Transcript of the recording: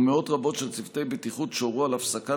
ומאות רבות של צוותי בטיחות שהורו על הפסקת